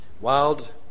wild